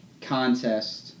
contest